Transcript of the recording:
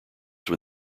when